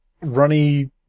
Runny